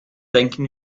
denken